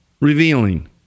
Revealing